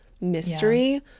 mystery